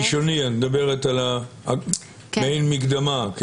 את מדברת על המעין מקדמה.